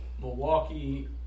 Milwaukee